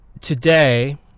today